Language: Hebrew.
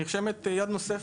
נרשמת "יד" נוספת.